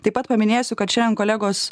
taip pat paminėsiu kad šiandien kolegos